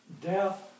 death